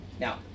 Now